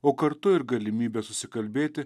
o kartu ir galimybę susikalbėti